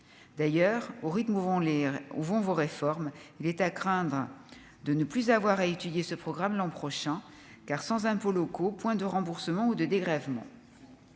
d'ailleurs au rythme où vont les où vont vos réformes, il est à craindre de ne plus avoir à étudié ce programme l'an prochain car sans impôts locaux, point de remboursement ou de dégrèvement